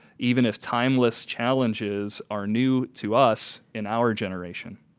even if timeless challenges are new to us in our generation.